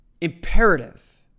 imperative